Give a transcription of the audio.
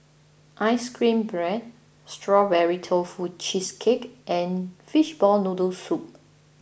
Ice Cream Bread Strawberry Tofu Cheesecake and Fishball Noodle Soup